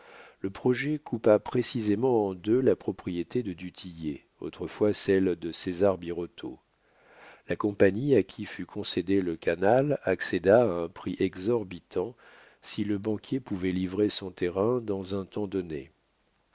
le projet coupa précisément en deux la propriété de du tillet autrefois celle de césar birotteau la compagnie à qui fut concédé le canal accéda à un prix exorbitant si le banquier pouvait livrer son terrain dans un temps donné